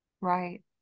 Right